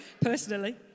personally